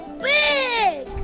big